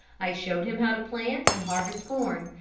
i showed him how to plant and harvest corn,